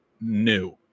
new